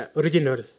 original